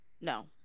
No